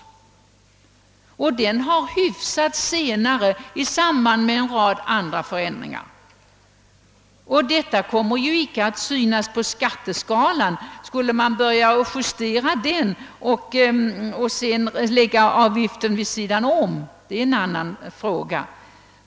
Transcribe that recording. Den har hyfsats senare i samband med en rad andra förändringar. Detta kommer ju icke att synas på skatteskalan. Skulle man börja justera den och sedan lägga avgiften vid sidan därom, blir det en annan fråga.